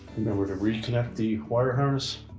remember to reconnect the wire harness